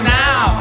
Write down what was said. now